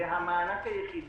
זה המענק היחיד